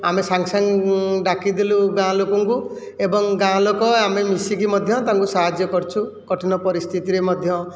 ଆମେ ସାଙ୍ଗେ ସାଙ୍ଗ ଡାକି ଦେଲୁ ଗାଁ ଲୋକଙ୍କୁ ଏବଂ ଗାଁ ଲୋକ ଆମେ ମିଶିକି ମଧ୍ୟ ତାଙ୍କୁ ସାହାଯ୍ୟ କରିଛୁ କଠିନ ପରିସ୍ଥିତିରେ ମଧ୍ୟ